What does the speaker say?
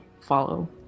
follow